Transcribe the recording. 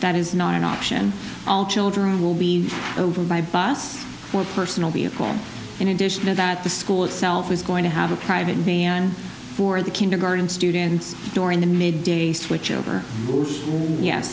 that is not an option all children will be over by bus or personal vehicle in addition to that the school itself is going to have a private me and for the kindergarten students during the may day switch over ye